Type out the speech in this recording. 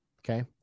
Okay